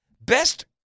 Best